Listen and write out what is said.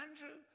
Andrew